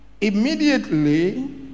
immediately